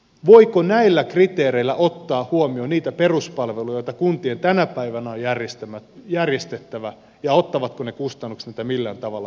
voiko näillä kriteereillä ottaa huomioon niitä peruspalveluja joita kuntien tänä päivänä on järjestettävä ja ottavatko ne kustannuksia millään tavalla huomioon